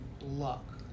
luck